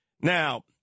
Now